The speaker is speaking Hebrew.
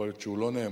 יכול להיות שלא נאמרו.